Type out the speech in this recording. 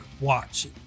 watch